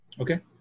Okay